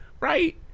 right